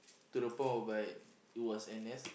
to the point whereby it was N_S